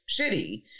shitty